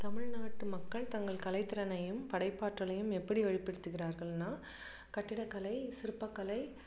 தமிழ்நாட்டு மக்கள் தங்கள் கலைத்திறனையும் படைப்பாற்றலையும் எப்படி வெளிப்படுத்துகிறார்கள்னால் சிற்பக்கலை